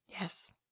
Yes